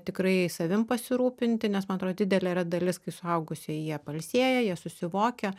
tikrai savim pasirūpinti nes man atrodo didelė yra dalis kai suaugusieji jie pailsėję jie susivokę